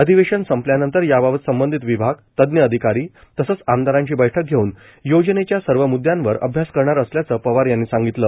अधिवेशन संपल्यानंतर याबाबत संबंधित विभाग तज्ज्ञ अधिकारी तसंच आमदारांची बैठक घेऊन योजनेच्या सर्व मुद्यांवर अभ्यास करणार असल्याचं पवार यांनी सांगितलं